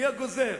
מי הגוזר?